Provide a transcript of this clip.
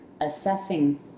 assessing